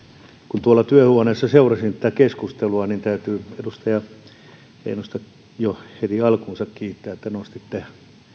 kun tuolla työhuoneessa seurasin tätä keskustelua niin täytyy edustaja heinosta jo heti alkuunsa kiittää että nostitte